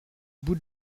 bout